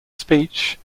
speech